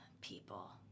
people